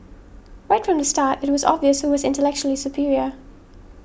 right from the start it was obvious who was intellectually superior